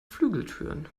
flügeltüren